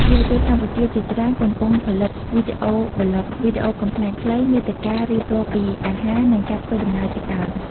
យុវជនកម្ពុជាជាច្រើនកំពុងផលិតវីដេអូ vlogs វីដេអូកំប្លែងខ្លី មាតិការៀបរាប់ពីអាហារ និងការធ្វើដំណើរជាដើម។